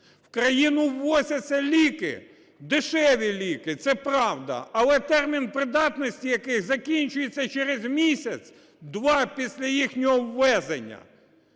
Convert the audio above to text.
В країну ввозяться ліки, дешеві ліки – це правда, але термін придатності яких закінчується через місяць-два після їхнього ввезення.